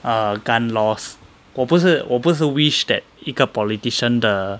err gun laws 我不是我不是 wish that 一个 politician 的